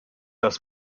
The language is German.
das